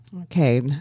Okay